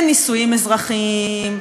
לנישואין אזרחיים,